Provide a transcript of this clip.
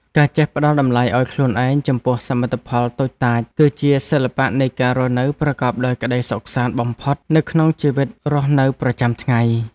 ការចេះផ្ដល់តម្លៃឱ្យខ្លួនឯងចំពោះសមិទ្ធផលតូចតាចគឺជាសិល្បៈនៃការរស់នៅប្រកបដោយក្ដីសុខសាន្តបំផុតនៅក្នុងជីវិតរស់នៅប្រចាំថ្ងៃ។